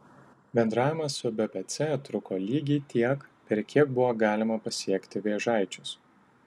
bendravimas su bpc truko lygiai tiek per kiek buvo galima pasiekti vėžaičius